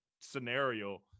scenario